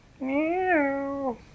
Meow